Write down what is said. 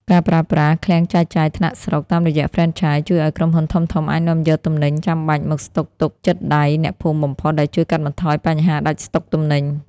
ការប្រើប្រាស់ "ឃ្លាំងចែកចាយថ្នាក់ស្រុក" តាមរយៈហ្វ្រេនឆាយ ជួយឱ្យក្រុមហ៊ុនធំៗអាចនាំយកទំនិញចាំបាច់មកស្តុកទុកជិតដៃអ្នកភូមិបំផុត ដែលជួយកាត់បន្ថយបញ្ហាដាច់ស្តុកទំនិញ។